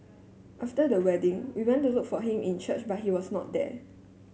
after the wedding we went to look for him in church but he was not there